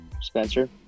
Spencer